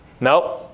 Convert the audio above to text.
Nope